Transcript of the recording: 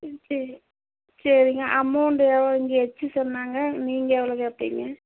ம் சரி சரிங்க அமௌண்டு எவ்வளோ இங்கே எச்சு சொன்னாங்க நீங்கள் எவ்வளோ கேட்பிங்க